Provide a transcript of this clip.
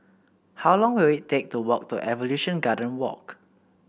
how long will it take to walk to Evolution Garden Walk